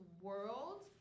world